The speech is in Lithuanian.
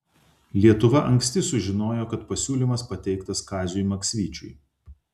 lietuva anksti sužinojo kad pasiūlymas pateiktas kaziui maksvyčiui